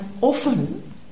often